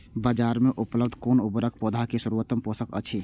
बाजार में उपलब्ध कुन उर्वरक पौधा के सर्वोत्तम पोषक अछि?